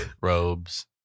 robes